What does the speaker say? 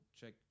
check